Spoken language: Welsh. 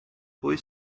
pwy